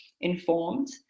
informed